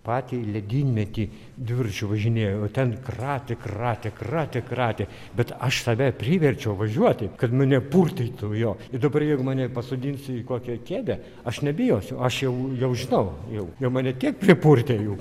patį ledynmetį dviračiu važinėjau ten kratė kratė kratė kratė bet aš save priverčiau važiuoti kad mane purtytų jo dabar jeigu mane pasodinsi į kokią kėdę aš nebijosiu aš jau jau žinau jog jau mane tiek pripurtė jau